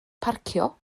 parcio